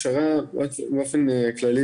בין אם זה לאוכלוסייה הערבית,